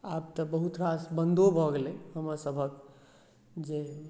आब तऽ बहुत रास बन्दो भऽ गेलै हमरसभक जे